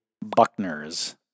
Buckner's